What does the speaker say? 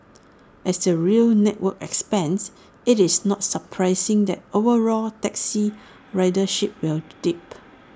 as the rail network expands IT is not surprising that overall taxi ridership will dip